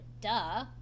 duh